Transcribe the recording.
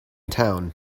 town